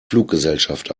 fluggesellschaft